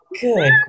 Good